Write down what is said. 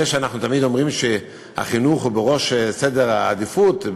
זה שאנחנו תמיד אומרים שהחינוך הוא בראש סדר העדיפויות,